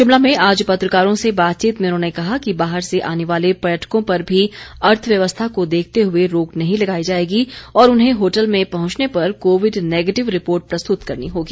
शिमला में आज पत्रकारों से बातचीत में उन्होंने कहा कि बाहर से आने वाले पर्यटकों पर भी अर्थव्यवस्था को देखते हुए रोक नहीं लगाई जाएगी और उन्हें होटल में पहुंचने पर कोविड नेगेटिव रिपोर्ट प्रस्तुत करनी होगी